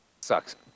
Sucks